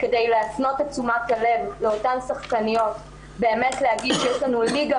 כדי להפנות את תשומת הלב לאותן שחקניות באמת להגיד שיש לנו ליגה